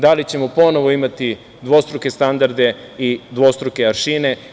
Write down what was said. Da li ćemo ponovo imati dvostruke standarde i dvostruke aršine?